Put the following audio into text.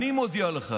אני מודיע לך,